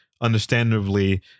understandably